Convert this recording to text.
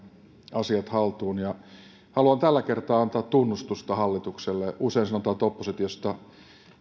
asiat haltuun haluan tällä kertaa antaa tunnustusta hallitukselle usein sanotaan että oppositiosta